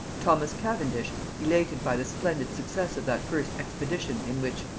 thomas cavendish, elated by the splendid success of that first expedition in which,